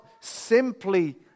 simply